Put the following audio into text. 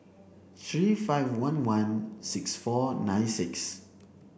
three five one one six four nine six